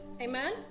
amen